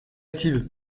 active